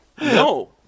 No